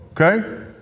Okay